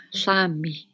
sami